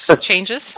changes